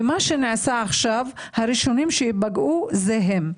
ומה שנעשה עכשיו, הראשונים שייפגעו זה הם.